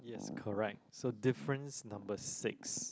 yes correct so difference number six